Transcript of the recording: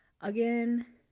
Again